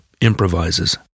improvises